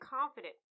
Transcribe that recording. confident